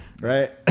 Right